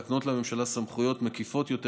להקנות לממשלה סמכויות מקיפות יותר